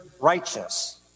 righteous